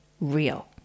real